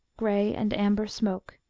grey, and amber smoke,